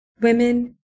women